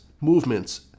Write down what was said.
movements